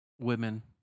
Women